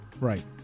right